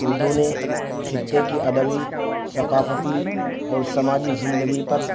اردو نے خطے کی ادبی ثقافتی اور سماجی زندگی پر